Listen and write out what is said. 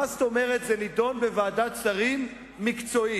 מה זאת אומרת זה נדון בוועדת שרים מקצועית?